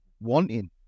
wanting